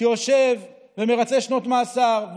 שיושב ומרצה שנות מאסר,